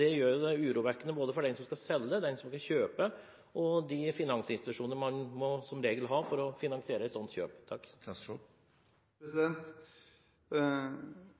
Det gjør det jo urovekkende både for den som skal selge, den som skal kjøpe, og de finansinstitusjonene man som regel må ha, for å finansiere et sånt kjøp.